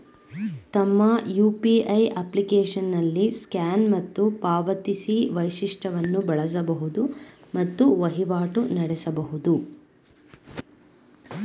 ತಮ್ಮ ಯು.ಪಿ.ಐ ಅಪ್ಲಿಕೇಶನ್ನಲ್ಲಿ ಸ್ಕ್ಯಾನ್ ಮತ್ತು ಪಾವತಿಸಿ ವೈಶಿಷ್ಟವನ್ನು ಬಳಸಬಹುದು ಮತ್ತು ವಹಿವಾಟು ನಡೆಸಬಹುದು